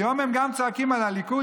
היום הם גם צועקים על הליכוד,